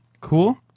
cool